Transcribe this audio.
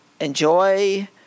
enjoy